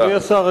אדוני השר,